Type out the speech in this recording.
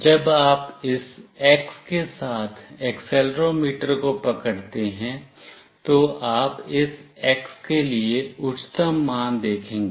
जब आप इस X के साथ एक्सेलेरोमीटर को पकड़ते हैं तो आप इस X के लिए उच्चतम मान देखेंगे